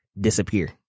disappear